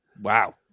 wow